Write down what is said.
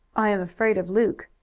i am afraid of luke.